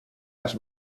las